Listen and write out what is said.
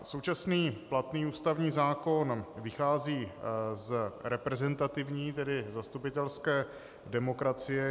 Současný platný ústavní zákon vychází z reprezentativní, tedy zastupitelské demokracie.